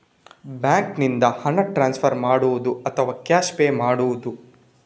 ಬ್ಯಾಂಕಿನಿಂದ ಹಣ ಟ್ರಾನ್ಸ್ಫರ್ ಮಾಡುವುದ ಅಥವಾ ಕ್ಯಾಶ್ ಪೇ ಮಾಡುವುದು?